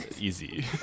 easy